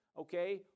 okay